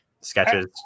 sketches